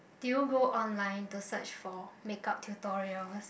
do you go online to search for makeup tutorial